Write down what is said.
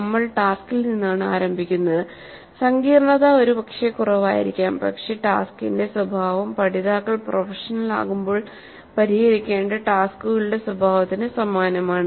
നമ്മൾ ടാസ്കിൽ നിന്നാണ് ആരംഭിക്കുന്നത് സങ്കീർണ്ണത ഒരുപക്ഷേ കുറവായിരിക്കാം പക്ഷേ ടാസ്ക്കിന്റെ സ്വഭാവം പഠിതാക്കൾ പ്രൊഫഷണലാകുമ്പോൾ പരിഹരിക്കേണ്ട ടാസ്ക്കുകളുടെ സ്വഭാവത്തിന് സമാനമാണ്